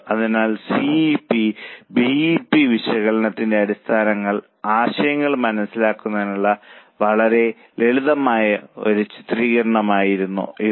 അതിനാൽ C V P B E P വിശകലനത്തിന്റെ അടിസ്ഥാന ആശയങ്ങൾ മനസ്സിലാക്കുന്നതിനുള്ള വളരെ ലളിതമായ ഒരു ചിത്രീകരണമായിരുന്നു ഇത്